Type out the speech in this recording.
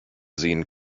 sehen